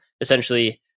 essentially